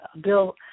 bill